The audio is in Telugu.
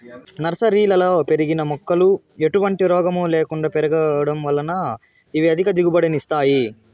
నర్సరీలలో పెరిగిన మొక్కలు ఎటువంటి రోగము లేకుండా పెరగడం వలన ఇవి అధిక దిగుబడిని ఇస్తాయి